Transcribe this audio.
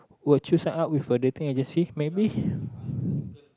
would you sign up with a dating agency maybe